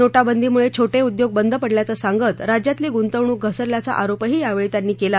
नोटाबंदीमुळे छोटे उद्योग बंद पडल्याचं सांगत राज्यातली गुंतवणुक घसरल्यांचा आरोपही यावेळी त्यांनी केला